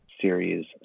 series